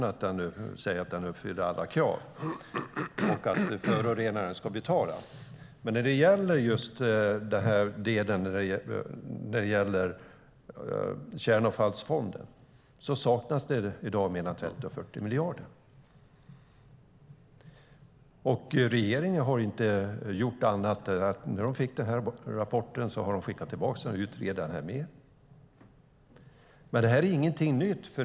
Han säger att den uppfyller alla krav och att förorenaren ska betala. Men när det gäller just kärnavfallsfonden saknas det i dag 30-40 miljarder. Det enda som regeringen har gjort är att man, när man fick denna rapport, skickade tillbaka den för att utreda den mer. Men detta är ingenting nytt.